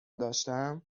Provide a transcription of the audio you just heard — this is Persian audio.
داشتم